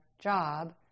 job